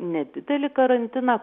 nedidelį karantiną